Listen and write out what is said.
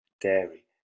dairy